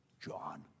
John